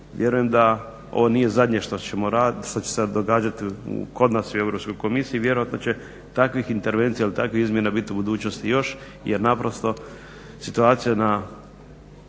vjerujem da ovo nije zadnje što će se događati kod nas i u Europskoj komisiji, vjerojatno će takvih intervencija ili takvih izmjena biti u budućnosti još jer naprosto situacija na